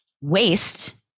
Waste